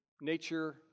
nature